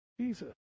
Jesus